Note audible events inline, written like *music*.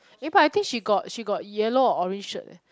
*breath* eh I think she got she got yellow or orange shirt eh